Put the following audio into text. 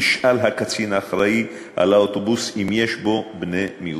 נשאל הקצין האחראי על האוטובוס אם יש בו בני מיעוטים.